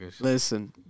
Listen